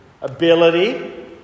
ability